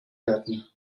werden